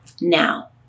Now